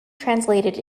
translated